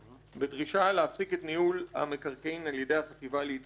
בדרישה להפסיק את ניהול המקרקעין על-ידי החטיבה להתיישבות.